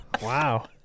Wow